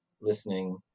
listening